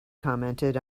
commented